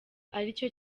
aricyo